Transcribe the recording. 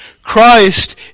Christ